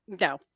no